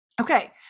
Okay